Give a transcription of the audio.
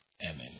Amen